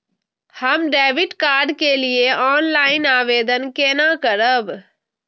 हम debit card के लिए ऑनलाइन आवेदन केना करब?